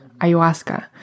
ayahuasca